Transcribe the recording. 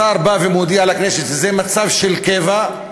השר בא ומודיע לכנסת שזה מצב של קבע.